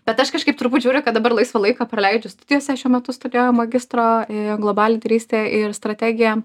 bet aš kažkaip turbūt žiūriu kad dabar laisvą laiką praleidžiu studijose šiuo metu studijuoju magistro globalią lyderystę ir strategiją